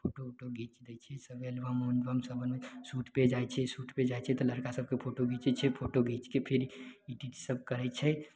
photo उटो घीचि लै छियै एल्बम सब बनय छै शूटपर जाइ छियै शूटपर जाइ छियै तऽ लड़िका सबके फोटो घीचय छियै फोटो घीचिके फिर गीत सब कहइ छै